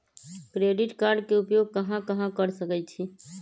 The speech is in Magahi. क्रेडिट कार्ड के उपयोग कहां कहां कर सकईछी?